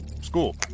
school